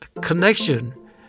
connection